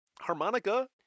harmonica